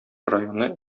районы